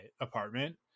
apartment